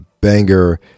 banger